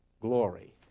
glory